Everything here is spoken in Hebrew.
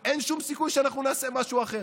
אין שום סיכוי שאנחנו נעשה משהו אחר.